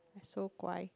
I so guai